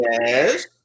Yes